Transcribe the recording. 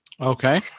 Okay